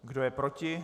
Kdo je proti?